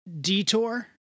detour